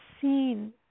seen